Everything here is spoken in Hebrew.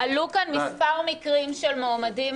עלו כאן כמה מקרים של מועמדים,